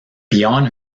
beyond